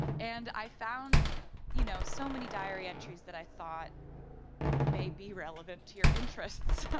and i found you know so many diary entries that i thoughts may be relevant to your interests.